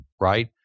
right